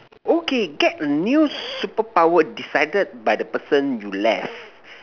okay get a new super power decided by the person you left